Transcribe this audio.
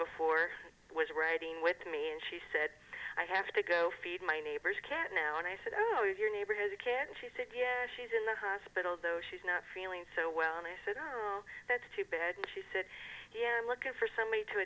before was writing with me and she said i have to go feed my neighbor's cat now and i said oh your neighbor has a cat and she said yes she's in the hospital though she's not feeling so well and i said oh that's too bad and she said yeah i'm looking for somebody to